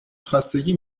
خستگی